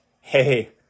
Hey